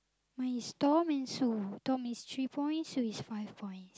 my stone and Sue Tom is three point Sue is five point